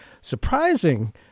surprising